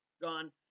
gone